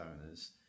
owners